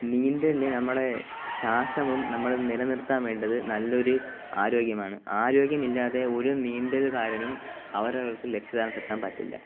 നീന്തല് നമ്മളെ ശ്വാസവും നമ്മളെ നിലനിർത്താൻ വേണ്ടത് നല്ലൊരു ആരോഗ്യമാണ് ആരോഗ്യമില്ലാതെ ഒരു നീന്തല്ക്കാരനും അവരവർക്ക് ലക്ഷ്യ സ്ഥാനത്ത് എത്താൻ പറ്റില്ല